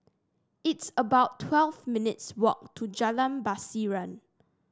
it's about twelve minutes' walk to Jalan Pasiran